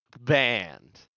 band